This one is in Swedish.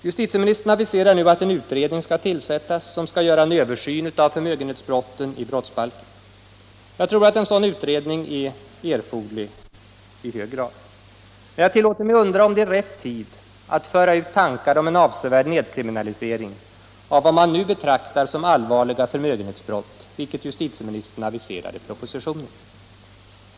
Justitieministern aviserar nu att en utredning skall tillsättas som skall göra en översyn av förmögenhetsbrotten i brottsbalken. Jag tror att en sådan utredning är erforderlig och behövlig. Men jag tillåter mig undra om det är rätt tid att föra ut tankar om en avsevärd nedkriminalisering av vad man nu betraktar som allvarliga förmögenhetsbrott, vilket jus titieministern aviserar i propositionen.